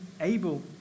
able